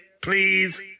please